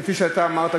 כפי שאמרת,